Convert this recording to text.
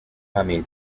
army